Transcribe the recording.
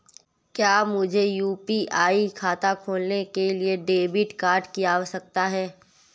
क्या मुझे यू.पी.आई खाता खोलने के लिए डेबिट कार्ड की आवश्यकता है?